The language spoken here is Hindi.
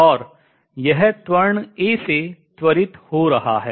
और यह त्वरण a से त्वरित हो रहा है